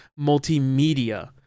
multimedia